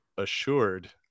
assured